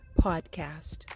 podcast